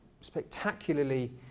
spectacularly